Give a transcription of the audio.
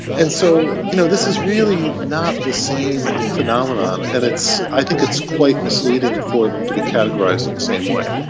and so you know this is really not the same phenomenon and i think it's quite misleading for them to be categorised in the same way.